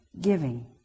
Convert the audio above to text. Giving